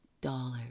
dollars